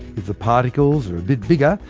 if the particles are a bit bigger,